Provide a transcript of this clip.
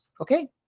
okay